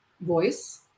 voice